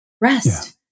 Rest